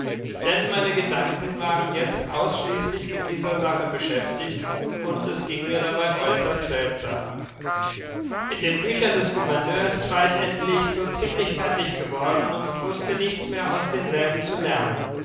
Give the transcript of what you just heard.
denn meine gedanken waren jetzt ausschließlich mit dieser sache beschäftigt und es ging mir dabei äußerst seltsam mit den büchern des gouverneurs war ich endlich so ziemlich fertig geworden und wußte nichts mehr aus denselben zu lernen